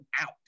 out